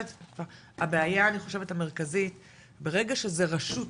הבעיה אני חושבת המרכזית ברגע שזה רשות